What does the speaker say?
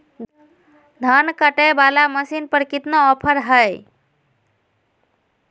धान कटे बाला मसीन पर कतना ऑफर हाय?